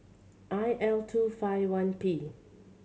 I L two five one P